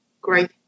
great